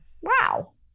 wow